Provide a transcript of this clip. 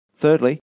Thirdly